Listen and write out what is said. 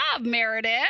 Meredith